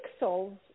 pixels